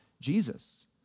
Jesus